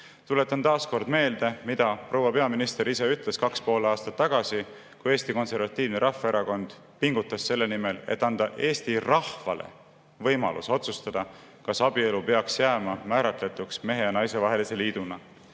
Tuletan taas kord meelde, mida proua peaminister ise ütles 2,5 aastat tagasi, kui Eesti Konservatiivne Rahvaerakond pingutas selle nimel, et anda Eesti rahvale võimalus otsustada, kas abielu peaks jääma määratletuks mehe ja naise vahelise liiduna.